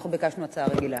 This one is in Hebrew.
אנחנו ביקשנו הצעה רגילה.